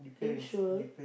are you sure